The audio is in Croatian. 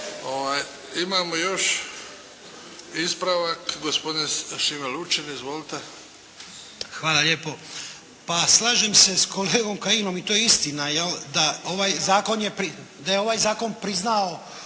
Imamo još ispravak, gospodin Šime Lučin. Izvolite. **Lučin, Šime (SDP)** Hvala lijepo. Pa slažem se s kolegom Kajinom i to je istina jel', da je ovaj zakon priznao,